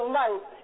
life